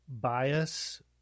bias